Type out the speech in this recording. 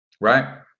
right